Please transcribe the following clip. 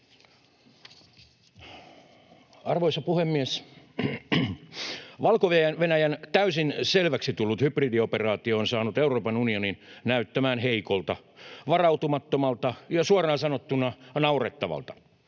Arvoisa puhemies! Valko-Venäjän täysin selväksi tullut hybridioperaatio on saanut Euroopan unionin näyttämään heikolta, varautumattomalta ja suoraan sanottuna naurettavalta.